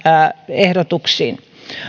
ehdotuksia